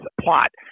plot